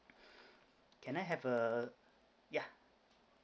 can I have a yeah